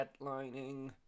headlining